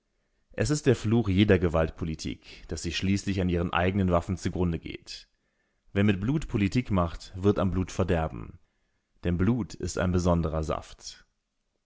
es ist der fluch jeder gewaltpolitik das sie schließlich an ihren eigenen waffen zugrunde geht wer mit blut politik macht wird am blut verderben denn blut ist ein besonderer saft